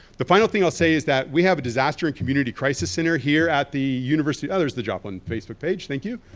the final thing i'll say is that we have a disaster and community crisis center here at the university others are the joplin facebook page. thank you.